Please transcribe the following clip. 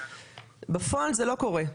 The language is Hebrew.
בפועל זה לא קורה.